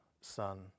Son